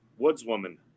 woodswoman